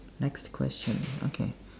next question okay